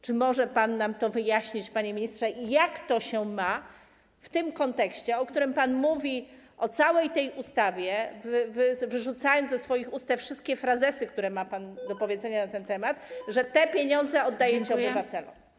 Czy może pan nam to wyjaśnić, panie ministrze, jak to się ma w tym kontekście, o którym pan mówi o całej tej ustawie, wyrzucając ze swoich ust te wszystkie frazesy, które ma pan do powiedzenia na ten temat, że te pieniądze oddajecie obywatelom?